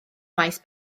maes